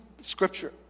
Scripture